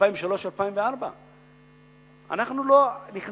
2003 2004. אנחנו לא נכנסנו,